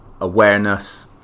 awareness